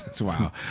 wow